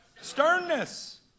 Sternness